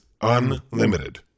unlimited